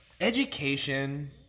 education